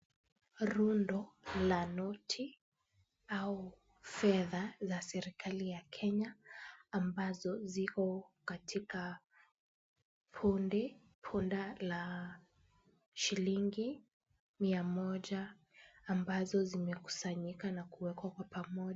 Rundo la noti au fedha za serikali ya Kenya ambazo ziko katika kundi ,funda la shilingi mia moja ambazo zimekusanyika na kuwekwa kwa pamoja.